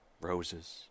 roses